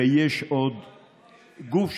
ויש עוד גוף,